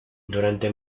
durante